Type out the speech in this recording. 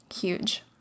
huge